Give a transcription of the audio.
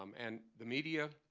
um and the media